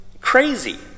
crazy